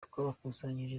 twabakusanyirije